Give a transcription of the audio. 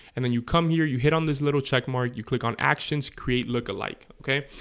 and then you come here you hit on this little checkmark you click on actions create look-alike okay,